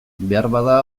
beharbada